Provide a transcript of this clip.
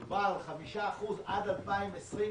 מדובר על 5% עד 2028,